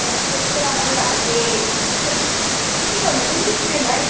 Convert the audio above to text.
subject त अब हामीले खोई के गर्नु इङ्लिस लिऊँ है